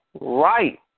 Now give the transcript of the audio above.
right